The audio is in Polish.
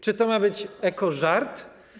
Czy to ma być ekożart?